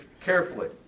carefully